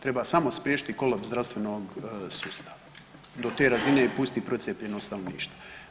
Treba samo spriječiti kolaps zdravstvenog sustava i do te razine pustiti procijepljenost stanovništva.